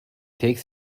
takes